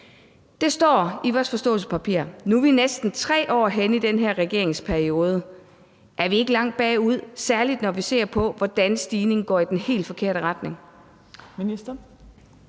Det står i vores forståelsespapir. Nu er vi næsten 3 år henne i den her regeringsperiode. Er vi ikke langt bagud – særlig når vi ser på, hvordan stigningen går i den helt forkerte retning?